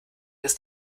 ist